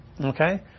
okay